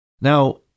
Now